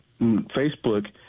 Facebook